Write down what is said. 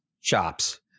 Shops